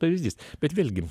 pavyzdys bet vėlgi